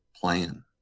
plan